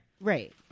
Right